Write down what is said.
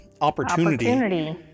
opportunity